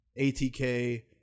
ATK